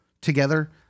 together